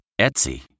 Etsy